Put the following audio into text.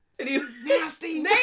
Nasty